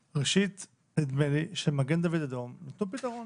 ראשית, נדמה לי שמגן דוד אדום מצאו פתרון.